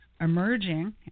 emerging